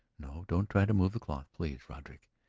no, don't try to move the cloth please, roderick.